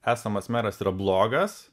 esamas meras yra blogas